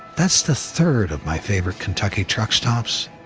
that's the third of my favorite kentucky truck stops.